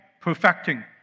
perfecting